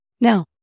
Now